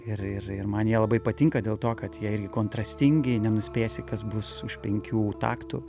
ir ir ir man jie labai patinka dėl to kad jie irgi kontrastingi nenuspėsi kas bus už penkių taktų